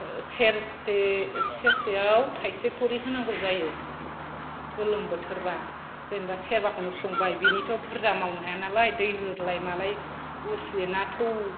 सेरसे सेरसेयाव थाइसे खरि होनांगौ जायो गोलोम बोथोरबा जेनोबा सेरबाखौनो संबाय बिनिथ' बुरजा मावनो हाया नालाय दै होलाय मालाय उसियोना थौ